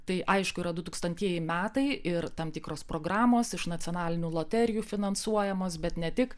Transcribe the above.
tai aišku yra du tūkstantieji metai ir tam tikros programos iš nacionalinių loterijų finansuojamos bet ne tik